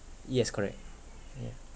yes correct yeah